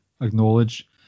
acknowledge